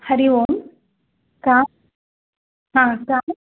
हरिः ओं का हा का